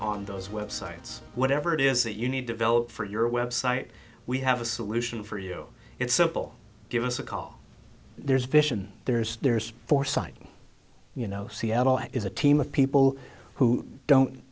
on those websites whatever it is that you need to vote for your website we have a solution for you it's simple give us a call there's vision there's there's foresight you know seattle is a team of people who don't